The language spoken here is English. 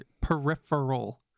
peripheral